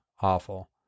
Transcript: awful